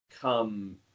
come